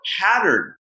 pattern